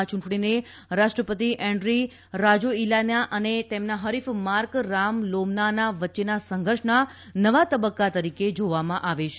આ ચૂંટણીને રાષ્ટ્રપતિ એષ્ટ્રી રાજાઈલિના અને તેમના ફરિફ માર્ક રામલોમનાના વચ્ચેના સંધર્ષના નવા તબક્કા તરીકે જાવામાં આવે છે